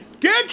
Get